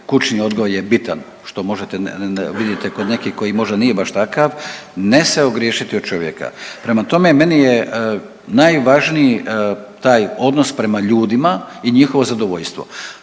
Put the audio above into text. kućni odgoj je bitan, što možete, vidite kod nekih koji možda nije baš takav, ne se ogriješiti o čovjeka. Prema tome, meni je najvažniji taj odnos prema ljudima i njihovo zadovoljstvo.